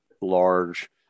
large